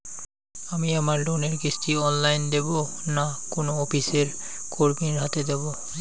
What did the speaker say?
আমি আমার লোনের কিস্তি অনলাইন দেবো না কোনো অফিসের কর্মীর হাতে দেবো?